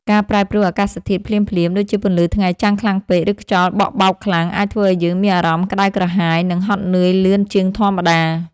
ការប្រែប្រួលអាកាសធាតុភ្លាមៗ ដូចជាពន្លឺថ្ងៃចាំងខ្លាំងពេក ឬខ្យល់បក់បោកខ្លាំង អាចធ្វើឱ្យយើងមានអារម្មណ៍ក្តៅក្រហាយ និងហត់នឿយលឿនជាងធម្មតា។